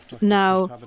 now